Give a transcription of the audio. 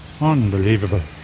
unbelievable